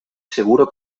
seguro